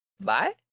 Bye